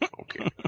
Okay